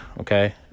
Okay